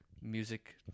music